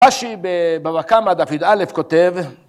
‫מה שבבא קמא דף י"א כותב...